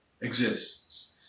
exists